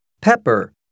pepper